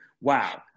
Wow